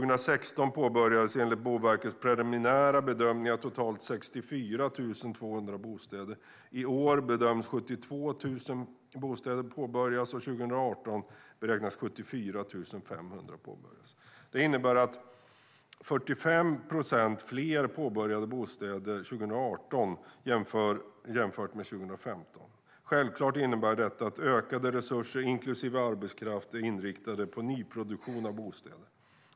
År 2016 påbörjades enligt Boverkets preliminära bedömningar totalt 64 200 bostäder, i år bedöms 72 000 bostäder påbörjas och 2018 beräknas 74 500 påbörjas. Detta innebär 45 procent fler påbörjade bostäder 2018 jämfört med 2015. Självklart innebär detta att ökade resurser, inklusive arbetskraft, är inriktade på nyproduktion av bostäder.